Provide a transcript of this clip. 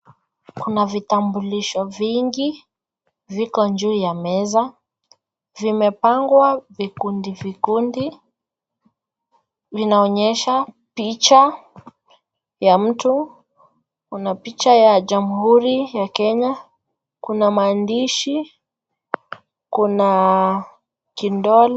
Kuna vitambulisho vingi viko juu ya meza, vimepangwa vikundi vikundi. Vinaonyesha picha ya mtu. Kuna picha ya jamhuri ya Kenya. Kuna maandishi, kuna kidole...